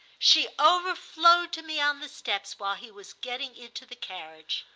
she overflowed to me on the steps while he was getting into the carriage.